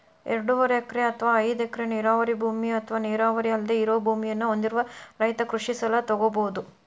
ಎರಡೂವರೆ ಎಕರೆ ಅತ್ವಾ ಐದ್ ಎಕರೆ ನೇರಾವರಿ ಭೂಮಿ ಅತ್ವಾ ನೇರಾವರಿ ಅಲ್ದೆ ಇರೋ ಭೂಮಿಯನ್ನ ಹೊಂದಿದ ರೈತ ಕೃಷಿ ಸಲ ತೊಗೋಬೋದು